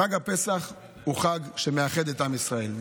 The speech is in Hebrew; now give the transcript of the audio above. חג הפסח הוא חג שמאחד את עם ישראל.